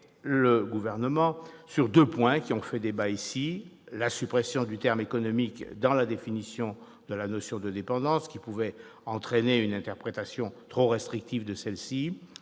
le Gouvernement sur deux points du texte qui ont fait débat ici : la suppression du terme « économique » dans la définition de la notion de dépendance, qui pouvait entraîner une interprétation trop restrictive de celle-ci